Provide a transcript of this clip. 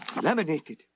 Laminated